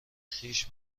خویش